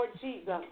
Jesus